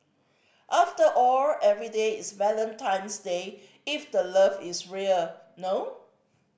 after all every day is Valentine's Day if the love is real no